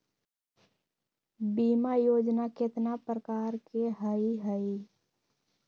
बीमा योजना केतना प्रकार के हई हई?